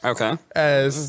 Okay